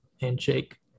Handshake